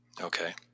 Okay